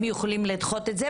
הם יכולים לדחות את זה,